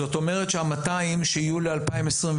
זאת אומרת שה-200 שיהיו ל-2024,